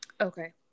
Okay